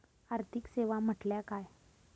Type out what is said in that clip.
आर्थिक सेवा म्हटल्या काय?